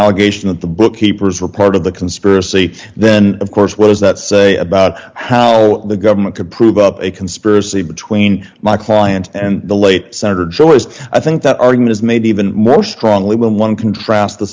allegation that the bookkeepers were part of the conspiracy then of course what does that say about how the government could prove up a conspiracy between my client and the late senator joyce i think that argument is made even more strongly when one contrasts the